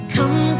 Come